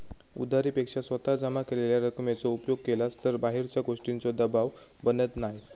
उधारी पेक्षा स्वतः जमा केलेल्या रकमेचो उपयोग केलास तर बाहेरच्या गोष्टींचों दबाव बनत नाय